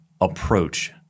approach